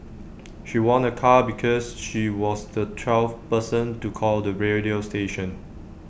she won A car because she was the twelfth person to call the radio station